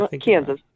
Kansas